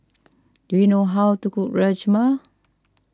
do you know how to cook Rajma